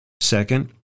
Second